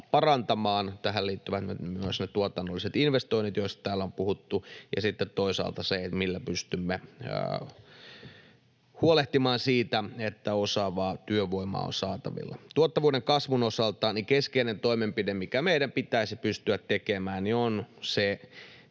parantamaan — ja tähän liittyvät myös ne tuotannolliset investoinnit, joista täällä on puhuttu — ja sitten toisaalta siihen, millä pystymme huolehtimaan siitä, että osaavaa työvoimaa on saatavilla. Tuottavuuden kasvun osalta keskeinen toimenpide, mikä meidän pitäisi pystyä tekemään, on